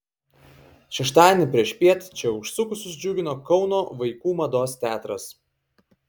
šeštadienį priešpiet čia užsukusius džiugino kauno vaikų mados teatras